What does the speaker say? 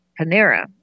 Panera